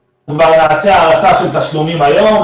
אנחנו כבר נעשה הערכה של תשלומים היום.